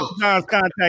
contact